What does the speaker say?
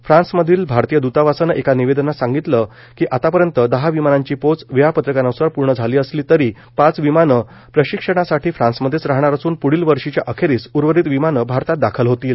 फ्रान्समधील भारतीय द्रतावासानं एका निवेदनात सांगितलं की आतापर्यंत दहा विमानांची पोच वेळापत्रकान्सार पूर्ण झाली असली तरी पाच विमानं प्रशिक्षणासाठी फ्रान्समध्येचं राहणार असून प्ढील वर्षीच्या अखेरीस उर्वरित विमानं भारताला दाखल होतील